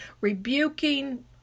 rebuking